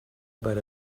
about